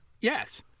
Yes